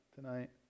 tonight